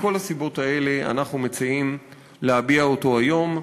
מכל הסיבות האלה אנחנו מציעים להביע אותו היום,